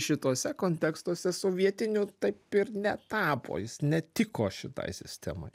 šituose kontekstuose sovietiniu taip ir netapo jis netiko šitai sistemai